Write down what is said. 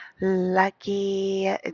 Lucky